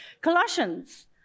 Colossians